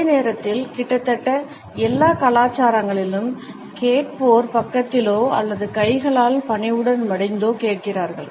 அதே நேரத்தில் கிட்டத்தட்ட எல்லா கலாச்சாரங்களிலும் கேட்போர் பக்கத்திலோ அல்லது கைகளால் பணிவுடன் மடிந்தோ கேட்கிறார்கள்